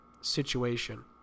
situation